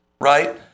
Right